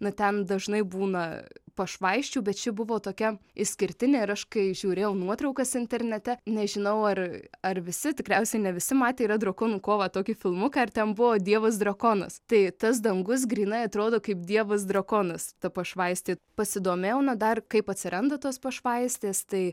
nu ten dažnai būna pašvaisčių bet ši buvo tokia išskirtinė ir aš kai žiūrėjau nuotraukas internete nežinau ar ar visi tikriausiai ne visi matė yra drakonų kova tokį filmuką ir ten buvo dievas drakonas tai tas dangus grynai atrodo kaip dievas drakonas ta pašvaistė pasidomėjau na dar kaip atsiranda tos pašvaistės tai